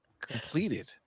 completed